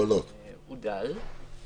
הוא דל.